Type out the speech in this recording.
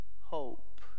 hope